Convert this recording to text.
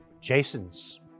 Jason's